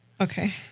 Okay